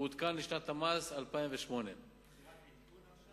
מעודכן לשנת המס 2008. זה רק עדכון עכשיו?